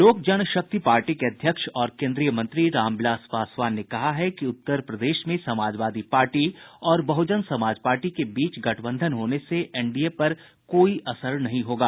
लोक जनशक्ति पार्टी के अध्यक्ष और केन्द्रीय मंत्री रामविलास पासवान ने कहा है कि उत्तर प्रदेश में समाजवादी पार्टी और बहजन समाज पार्टी के बीच गठबंधन होने से एनडीए पर कोई असर नहीं होगा